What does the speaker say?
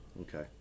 Okay